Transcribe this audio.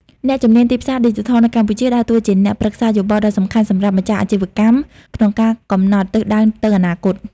អ្នកជំនាញទីផ្សារឌីជីថលនៅកម្ពុជាដើរតួជាអ្នកប្រឹក្សាយោបល់ដ៏សំខាន់សម្រាប់ម្ចាស់អាជីវកម្មក្នុងការកំណត់ទិសដៅទៅអនាគត។